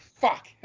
Fuck